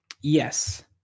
yes